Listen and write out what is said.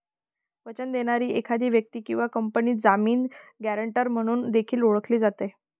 वचन देणारी एखादी व्यक्ती किंवा कंपनी जामीन, गॅरेंटर म्हणून देखील ओळखली जाते